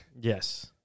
Yes